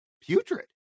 putrid